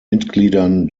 mitgliedern